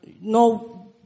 No